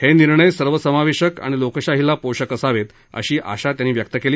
हे निर्णय सर्वसमावेशक आणि लोकशाहीला पोषक असावेत अशी आशा त्यांनी व्यक्त केली